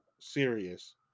serious